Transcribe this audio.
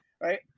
Right